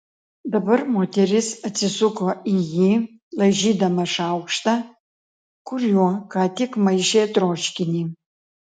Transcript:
dabar moteris atsisuko į jį laižydama šaukštą kuriuo ką tik maišė troškinį